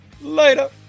later